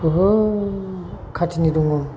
बुहुद खाथिनि दङ